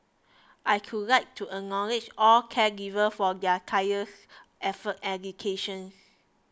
I could like to acknowledge all caregivers for their tireless efforts and dedication